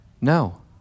No